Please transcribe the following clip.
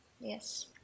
yes